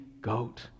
goat